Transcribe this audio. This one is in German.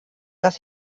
dass